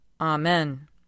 Amen